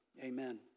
Amen